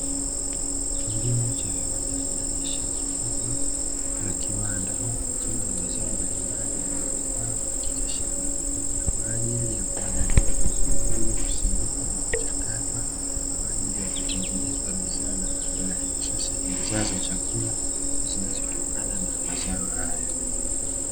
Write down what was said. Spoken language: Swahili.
Kilimo cha viwandani ndani ya shamba kubwa la kiwanda huku kukiwa na mazao mbalimbali yaliyopangwa katika shamba kwaajili ys kuandaliwa vizuri ili kusindikwa na kuchakatwa kwaajili ya kutengenezwa bidhaa mbalimbali, hususani bidhaa za chakula zinazotokana na mazao hayo.